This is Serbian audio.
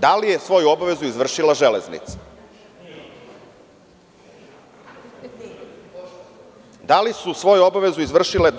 Da li je svoju obavezu izvršila Železnica? [[Glasovi iz klupe: Nije.]] Da li su svoju obavezu izvršila